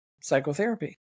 psychotherapy